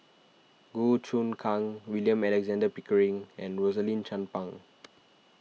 Goh Choon Kang William Alexander Pickering and Rosaline Chan Pang